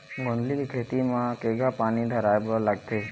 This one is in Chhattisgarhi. गोंदली के खेती म केघा पानी धराए बर लागथे?